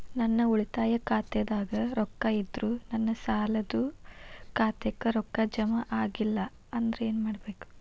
ನನ್ನ ಉಳಿತಾಯ ಖಾತಾದಾಗ ರೊಕ್ಕ ಇದ್ದರೂ ನನ್ನ ಸಾಲದು ಖಾತೆಕ್ಕ ರೊಕ್ಕ ಜಮ ಆಗ್ಲಿಲ್ಲ ಅಂದ್ರ ಏನು ಮಾಡಬೇಕು?